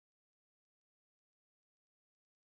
mine is a brown sheep